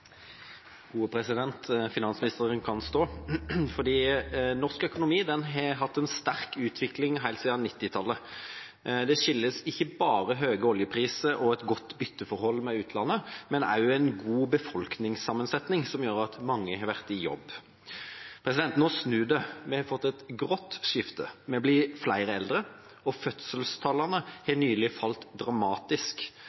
ikke bare høye oljepriser og et godt bytteforhold med utlandet, men også en god befolkningssammensetning, som gjør at mange har vært i jobb. Nå snur det. Vi har fått et grått skifte. Vi blir flere eldre, og fødselstallene